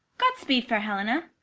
god speed fair helena!